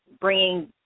bringing